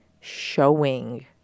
showing